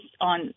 on